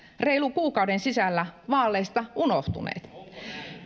reilun kuukauden sisällä vaaleista unohtuneet